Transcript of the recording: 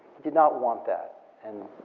did not want that and,